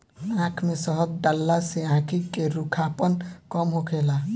आँख में शहद डालला से आंखी के रूखापन कम होखेला